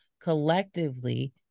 collectively